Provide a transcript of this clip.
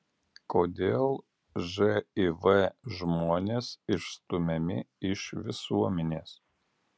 kodėl živ žmonės išstumiami iš visuomenės